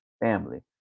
family